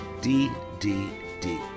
ddd